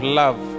love